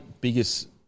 biggest